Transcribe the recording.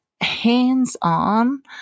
hands-on